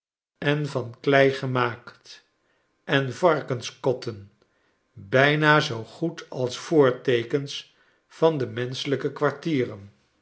en van klei gemaakt en varkenskotten bijna zoogoed als voorteekens van de menschelijke kwartieren